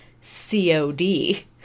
COD